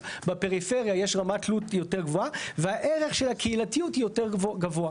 אז בפריפריה יש רמת תלות יותר גבוהה והערך של הקהילתיות יותר גבוה.